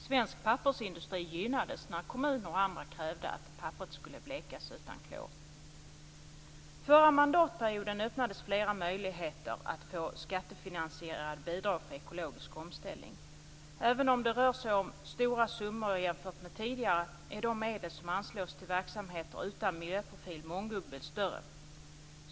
Svensk pappersindustri gynnades när kommuner och andra krävde att papperet skulle blekas utan klor. Förra mandatperioden öppnades flera möjligheter att få skattefinansierade bidrag för ekologisk omställning. Även om det rör sig om stora summor jämfört med tidigare är de medel som anslås till verksamheter utan miljöprofil mångdubbelt större.